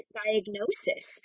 diagnosis